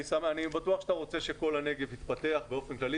אני בטוח שאתה רוצה שכל הנגב יתפתח באופן כללי,